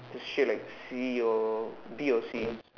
the shit like C E o B o